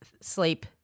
sleep